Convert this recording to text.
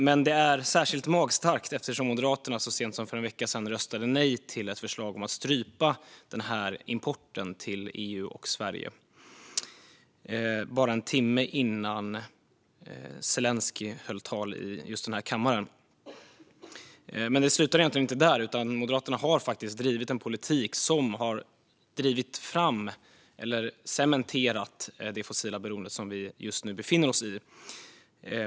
Men det är särskilt magstarkt eftersom Moderaterna så sent som för en vecka sedan röstade nej till ett förslag om att strypa importen till EU och Sverige, bara en timme innan Zelenskyj höll tal här i kammaren. Det slutade egentligen inte där, utan Moderaterna har faktiskt drivit en politik som har cementerat det fossila beroende som vi just nu befinner oss i.